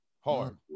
Hard